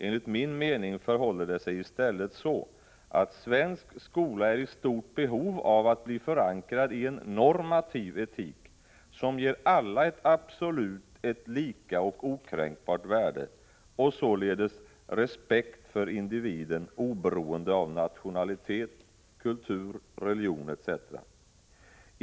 Enligt min mening förhåller det sig i stället så, att svensk skola är i stort behov av att bli förankrad i en normativ etik, som ger alla ett absolut, ett lika och ett okränkbart värde och således garanterar respekt för individen oberoende av nationalitet, kultur, religion etc.